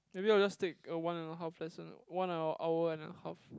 maybe I will just take a one and a half lesson one hour hour and a half